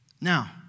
Now